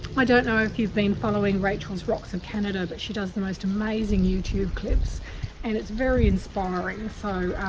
i don't know if you've been following rachel's rocks in canada but she does the most amazing youtube clips and it's very inspiring so